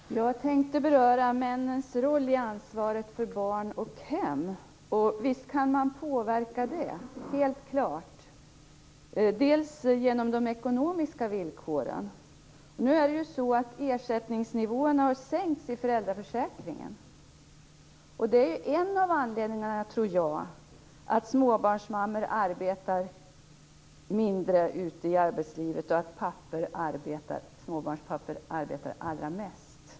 Fru talman! Jag tänkte beröra männens roll i ansvaret för barn och hem. Visst kan man påverka den - helt klart - t.ex. genom ekonomiska villkor. Nu har ersättningsnivåerna sänkts i föräldraförsäkringen. Det är en av anledningarna, tror jag, till att småbarnsmammor arbetar mindre ute i arbetslivet och att småbarnspappor arbetar allra mest.